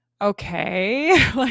Okay